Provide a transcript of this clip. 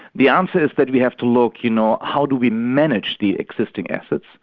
the answer is that we have to look, you know, how do we manage the existing assets?